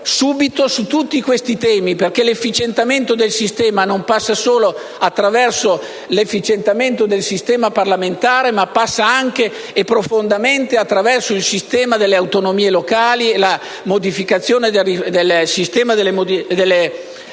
confronto su tutti questi temi perché l'efficientamento del sistema non passa solo attraverso l'efficientamento del sistema parlamentare, ma, anche e profondamente, attraverso il sistema delle autonomie locali e la loro riforma. Emblematico